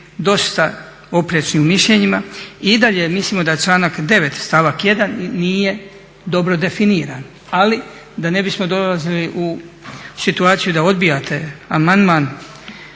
dosta oprečni u mišljenjima. I dalje mislio da članak 9. stavak 1. nije dobro definiran. Ali da ne bismo dolazili u situaciju da odbijate amandman